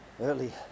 early